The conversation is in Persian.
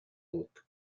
بود